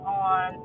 on